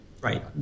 Right